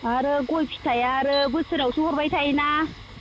आरो गय फिथाइआ आरो बोसोरावसो हरबाय थायोना